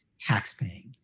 taxpaying